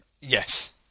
Yes